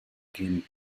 game